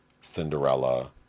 Cinderella